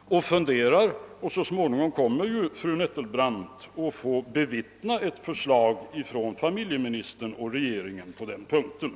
hon har sagt. Så småningom kommer fru Nettelbrandt att få se ett förslag från familjeministern och regeringen på den punkten.